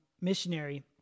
missionary